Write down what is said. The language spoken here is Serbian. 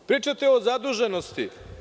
Pričate o zaduženosti.